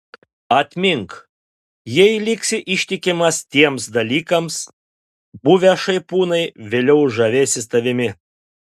atmink jei liksi ištikimas tiems dalykams buvę šaipūnai vėliau žavėsis tavimi